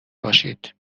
باشید